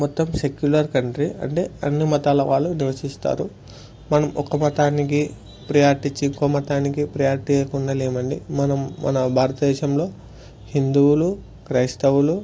మొత్తం secular country అంటే అన్ని మతాల వాళ్ళు నివసిస్తారు మనం ఒక మతానికి ప్రయార్టి ఇచ్చి ఇంకో మతానికి ప్రియార్టీ ఇవ్వకుండా లేమండి మనం మన భారతదేశంలో హిందువులు క్రైస్తవులు